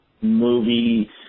movie